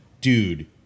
dude